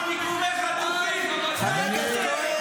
------ שרף מיקומי חטופים --- חבר הכנסת כהן,